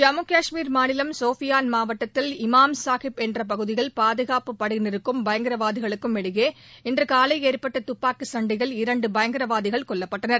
ஜம்மு கஷ்மீர் மாநிலம் சோபியான் மாவட்டத்தில் இமாம் சாஹிப் என்ற பகுதியில் பாதுகாப்பு படையினருக்கும் பயங்கரவாதிகளுக்கும் இடையே இன்று காலை ஏற்பட்ட துப்பாக்கிச் சண்டையில் இரண்டு பயங்கரவாதிகள் கொல்லப்பட்டனர்